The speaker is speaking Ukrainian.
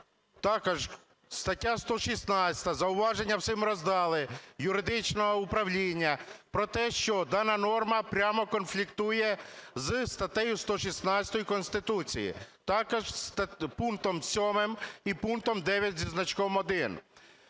Також стаття 116. Зауваження всім роздало юридичне управління про те, що дана норма прямо конфліктує зі статтею 116 Конституції, також пунктом 7 і пунктом 9 зі значком 1.